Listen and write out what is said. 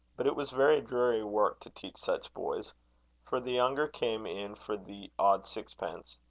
but it was very dreary work to teach such boys for the younger came in for the odd sixpence.